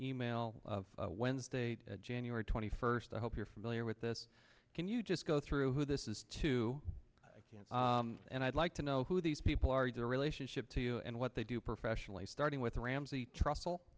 e mail of wednesday to january twenty first i hope you're familiar with this can you just go through who this is to you and i'd like to know who these people are their relationship to you and what they do professionally starting with ramsey tr